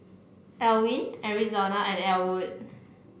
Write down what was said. Alwin Arizona and Elwood